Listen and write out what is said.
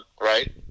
right